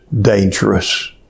dangerous